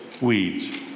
weeds